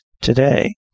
today